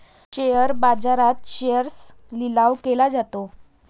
share बाजारात शेअर्सचा लिलाव केला जातो